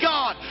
God